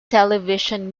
television